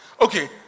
Okay